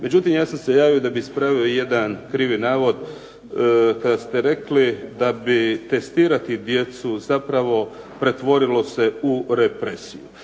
Međutim, ja sam se javio da bih ispravio jedan krivi navod kad ste rekli da bi testirati djecu zapravo pretvorilo se u represiju.